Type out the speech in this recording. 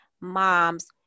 moms